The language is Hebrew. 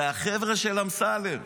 זה החבר'ה של אמסלם.